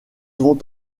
vont